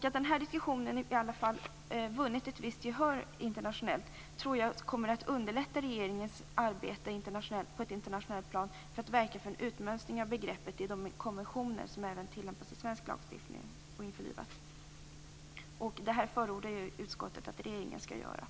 Att diskussionen har vunnit ett visst internationellt gehör tror jag kommer att underlätta regeringens arbete på ett internationellt plan för att verka för en utmönstring av begreppet i de konventioner som även tillämpas i svensk lagstiftning. Utskottet förordar att regeringen skall göra så.